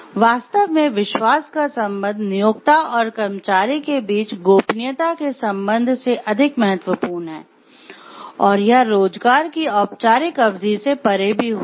वास्तव में "विश्वास का संबंध" से अधिक महत्वपूर्ण है और यह रोजगार की औपचारिक अवधि से परे भी होता है